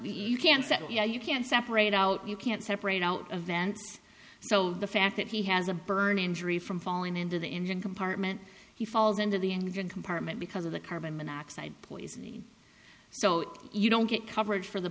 you can say yeah you can separate out you can't separate out a vent so the fact that he has a burn injury from falling into the engine compartment he falls into the engine compartment because of the carbon monoxide poisoning so you don't get coverage for the